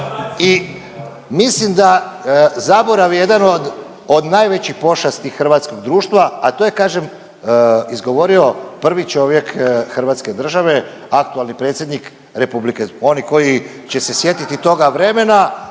i mislim da zaborav je jedan od, od najveće pošasti hrvatskog društva, a to je kažem izgovorio prvi čovjek hrvatske države aktualni predsjednik Republike. Oni koji će se sjetiti toga vremena